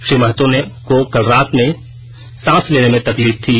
श्री महतो को कल रात से सांस लेने में तकलीफ थी